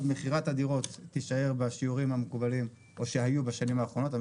מכירת הדירות תישאר בשיעורים כפי שהיו בשנים האחרונות.